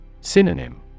Synonym